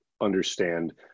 understand